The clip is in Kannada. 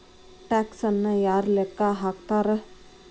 ಟ್ಯಾಕ್ಸನ್ನ ಯಾರ್ ಲೆಕ್ಕಾ ಹಾಕ್ತಾರ?